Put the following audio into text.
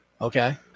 Okay